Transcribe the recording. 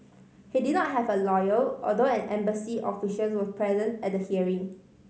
he did not have a lawyer although an embassy officials was present at hearing